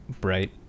bright